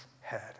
head